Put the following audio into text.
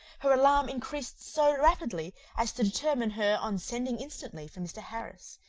her alarm increased so rapidly, as to determine her on sending instantly for mr. harris,